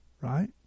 Right